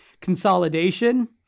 consolidation